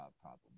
problem